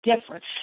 different